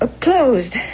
Closed